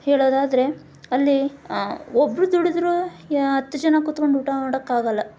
ಹೇಳೋದಾದರೆ ಅಲ್ಲಿ ಒಬ್ಬರು ದುಡಿದ್ರೂ ಯ ಹತ್ತು ಜನ ಕುತ್ಕೊಂಡು ಊಟ ಮಾಡೋಕ್ಕಾಗಲ್ಲ